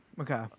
Okay